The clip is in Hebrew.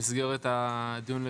במסגרת הדיון,